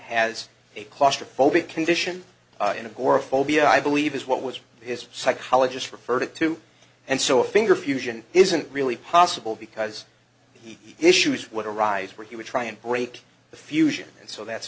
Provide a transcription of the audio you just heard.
has a claustrophobic condition in agoraphobia i believe is what was his psychologist referred to and so a finger fusion isn't really possible because issues would arise where he would try and break the fusion and so that's